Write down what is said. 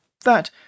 That—